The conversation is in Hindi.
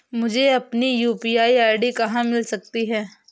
मुझे अपनी यू.पी.आई आई.डी कहां मिल सकती है?